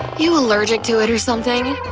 you allergic to it or something?